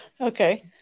Okay